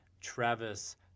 Travis